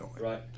Right